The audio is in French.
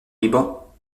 libre